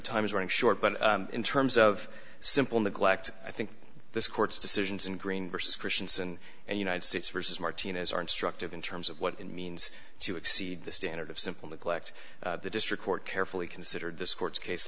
time is running short but in terms of simple neglect i think this court's decisions in green vs christians and and united states versus martinez are instructive in terms of what it means to exceed the standard of simple neglect the district court carefully considered this court's case